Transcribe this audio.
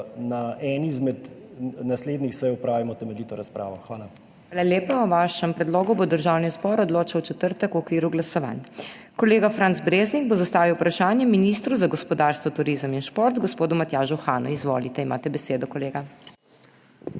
na eni izmed naslednjih sej opravimo temeljito razpravo. Hvala. **PODPREDSEDNICA MAG. MEIRA HOT:** Hvala lepa. O vašem predlogu bo Državni zbor odločal v četrtek v okviru glasovanj. Kolega Franc Breznik bo zastavil vprašanje ministru za gospodarstvo, turizem in šport gospodu Matjažu Hanu. Izvolite, imate besedo, kolega.